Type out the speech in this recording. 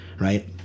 Right